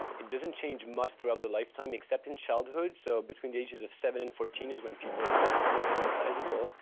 it doesn't change much throughout the lifetime except in childhood. so between the ages of seven and fourteen is when people are more hypnotizable.